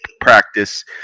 practice